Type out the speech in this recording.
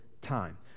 time